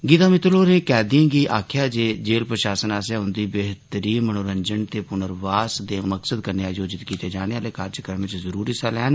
गीता मित्तल होरें कैदिएं गी आक्खेआ जे ओ जेल प्रशासन आस्सेआ उंदी बेहतरी मनोरंजन ते पुर्नवास दे मकसद कन्नै आयोजित कीते जाने आले कार्यक्रमें च जरूर हिस्सा लैन